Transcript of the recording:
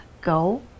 go